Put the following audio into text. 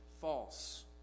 False